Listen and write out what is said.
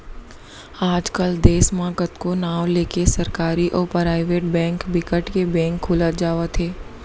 आज कल देस म कतको नांव लेके सरकारी अउ पराइबेट बेंक बिकट के बेंक खुलत जावत हे